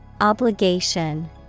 Obligation